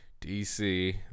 DC